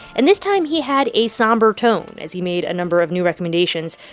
and this time, he had a somber tone as he made a number of new recommendations.